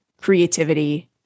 creativity